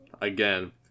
again